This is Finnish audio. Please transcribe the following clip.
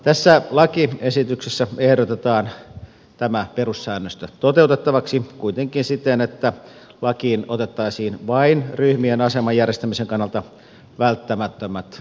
tässä lakiesityksessä ehdotetaan tämä perussäännöstö toteutettavaksi kuitenkin siten että lakiin otettaisiin vain ryhmien aseman järjestämisen kannalta välttämättömät vähimmäissäännökset